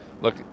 look